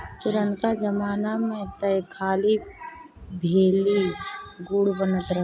पुरनका जमाना में तअ खाली भेली, गुड़ बनत रहे